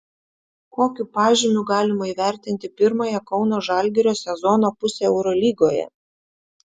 kokiu pažymiu galima įvertinti pirmąją kauno žalgirio sezono pusę eurolygoje